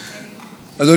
גמר חתימה טובה.